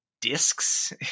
discs